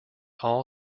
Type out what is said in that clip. all